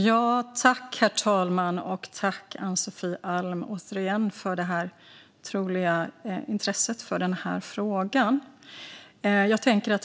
Herr talman! Tack, Ann-Sofie Alm, återigen, för det otroliga intresset för den här frågan!